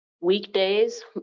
weekdays